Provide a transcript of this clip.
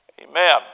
amen